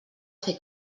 fer